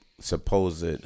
Supposed